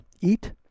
eat